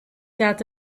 got